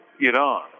Iran